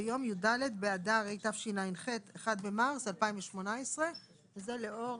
ביום י"ד באדר התשע"ח (1 במרץ 2018)". זה לאור